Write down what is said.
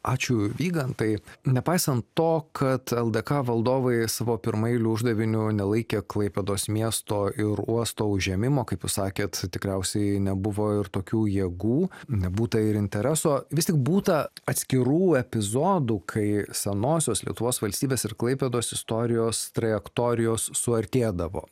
ačiū vygantai nepaisant to kad ldk valdovai savo pirmaeiliu uždaviniu nelaikė klaipėdos miesto ir uosto užėmimo kaip jūs sakėt tikriausiai nebuvo ir tokių jėgų nebūta ir intereso vis tik būta atskirų epizodų kai senosios lietuvos valstybės ir klaipėdos istorijos trajektorijos suartėdavo